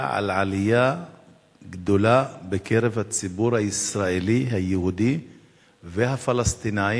על עלייה גדולה בקרב הציבור הישראלי היהודי והפלסטינים